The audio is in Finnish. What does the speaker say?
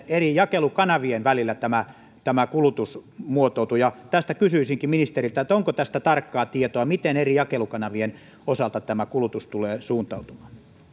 eri jakelukanavien välillä tämä tämä kulutus muotoutuu tästä kysyisinkin ministeriltä onko tästä tarkkaa tietoa miten eri jakelukanavien osalta tämä kulutus tulee suuntautumaan